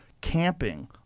camping